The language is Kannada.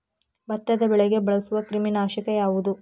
ಭತ್ತದ ಬೆಳೆಗೆ ಬಳಸುವ ಕ್ರಿಮಿ ನಾಶಕ ಯಾವುದು?